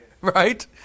Right